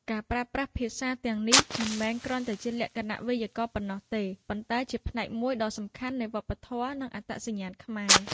ការប្រើប្រាស់ភាសាទាំងនេះមិនមែនគ្រាន់តែជាលក្ខណៈវេយ្យាករណ៍ប៉ុណ្ណោះទេ ប៉ុន្តែជាផ្នែកមួយដ៏សំខាន់នៃវប្បធម៌ និងអត្តសញ្ញាណខ្មែរ។